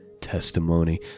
testimony